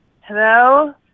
Hello